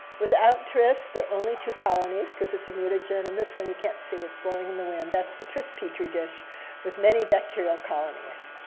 without tris, there are only two colonies, because it's a mutagen. and this one you can see. it's blowing in the wind. that's the tris petri dish with many bacterial colonies.